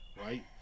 right